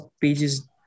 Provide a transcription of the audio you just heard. pages